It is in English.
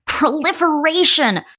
Proliferation